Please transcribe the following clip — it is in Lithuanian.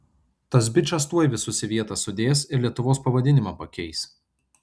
tas bičas tuoj visus į vietą sudės ir lietuvos pavadinimą pakeis